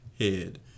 head